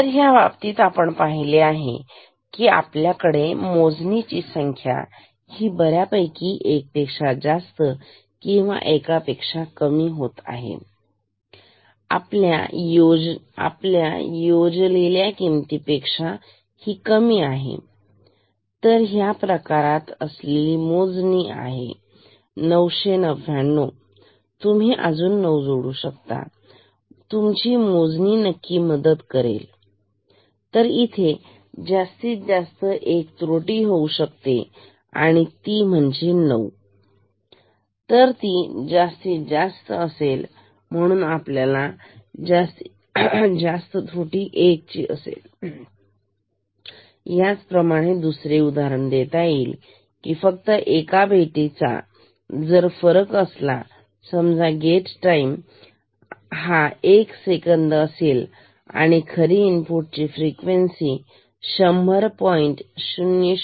त्या बाबतीत आपण पाहिले की आपल्या कडे मोजणीची संख्या ही बऱ्यापैकी एका पेक्षा जास्त किंवा एका पेक्षा कमी होती आपण योजलेल्या किमती पेक्षा तर या प्रकारात आम्ही असलेली मोजणी आहे 999 तुम्ही अजून 9 जोडू शकता आणि तुमची मोजणी नक्की मदत कशी होते तर इथे जास्तीत जास्त एक त्रुटी घेऊ शकते जर ती 9 असेल तर ती जास्तीत जास्त असेल म्हणून आपल्याला जास्तीत जास्त त्रुटी 1 ची असेल याच प्रमाणे दुसरे एक उदाहरण देता येईल की फक्त एका भेटीचा जर फरक असला समजा gate time point one second असेल आणि खरी इनपुढची फ्रिक्वेन्सी 100